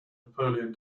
napoleon